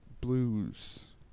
blues